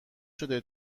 شده